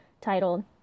titled